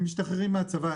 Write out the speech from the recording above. הם משתחררים מהצבא.